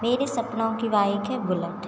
मेरे सपनों की बाइक़ है बुलेट